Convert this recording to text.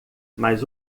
mas